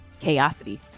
Chaosity